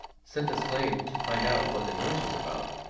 sent a slave to find out what the noise was about,